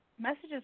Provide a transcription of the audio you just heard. messages